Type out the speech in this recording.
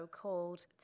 called